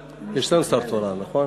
יש, נכון?